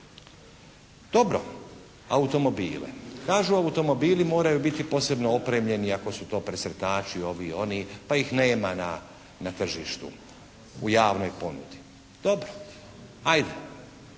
Dobro. Automobile. Kažu, automobili moraju biti posebno opremljeni ako su to presretači, ovi, oni. Pa ih nema na tržištu u javnoj ponudi. Dobro, ajde.